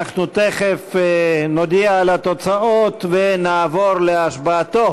תכף נודיע על התוצאות ונעבור להשבעתו